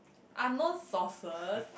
unknown sauces